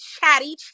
chatty